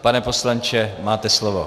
Pane poslanče, máte slovo.